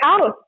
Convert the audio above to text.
house